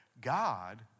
God